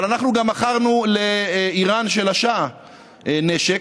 אבל אנחנו גם מכרנו לאיראן של השאה נשק,